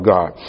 God